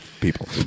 people